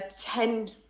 ten